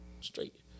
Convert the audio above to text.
straight